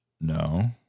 No